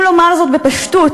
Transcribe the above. אם לומר זאת בפשטות,